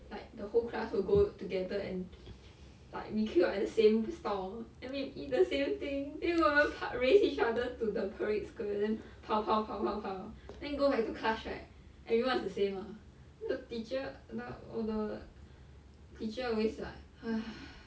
like the whole class will go together and like we queue up at the same stall then we eat the same thing then 我们 pa~ race each other to the parade square then 跑跑跑跑跑 then go back to class right everyone is the same ah then the teacher 那 odour like teacher always like !hais!